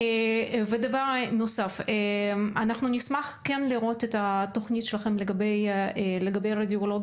דבר נוסף: אנחנו כן נשמח לראות את התוכנית שלכם לגבי רדיולוגים.